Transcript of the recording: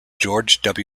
george